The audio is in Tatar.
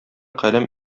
каләм